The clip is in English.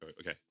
Okay